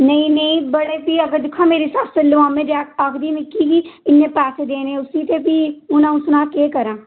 नेईं नेईं बड़े भी अगर दिक्खां मेरी सस्स लुहामें देआ आखदी मिगी बी इन्ने पैसे देने उस्सी ते भी हून अ'ऊं सनाऽ केह् करां